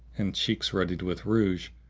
and cheeks ruddied with rouge,